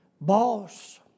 boss